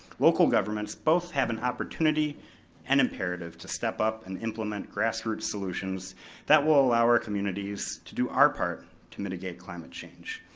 local governments both have an opportunity and imperative to step up and implement grassroots solutions that will allow our communities to do our part to mitigate climate change.